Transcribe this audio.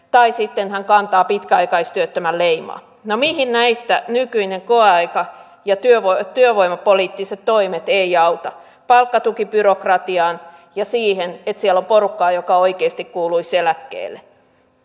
tai sitten hän kantaa pitkäaikaistyöttömän leimaa no mihin näistä nykyinen koeaika ja työvoimapoliittiset toimet eivät auta palkkatukibyrokratiaan ja siihen että siellä on porukkaa joka oikeasti kuuluisi eläkkeelle